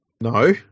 No